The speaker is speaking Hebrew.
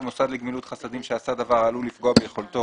מוסד לגמילות חסדים שעשה דבר העלול לפגוע ביכולתו